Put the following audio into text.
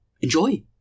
Enjoy